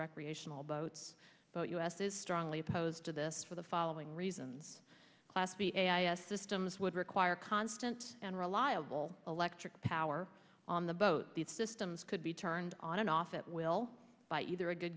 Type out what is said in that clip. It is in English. recreational boats but us is strongly opposed to this for the following reasons class b systems would require constant and reliable electric power on the boat these systems could be turned on and off at will by either a good